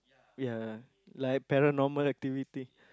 ya like paranormal activity